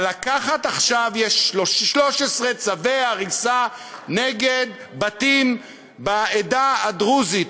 אבל יש עכשיו 13 צווי הריסה נגד בתים בעדה הדרוזית.